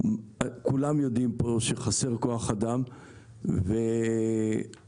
כולם פה יודעים שחסר כוח אדם במקצועות השיפוצים והבנייה.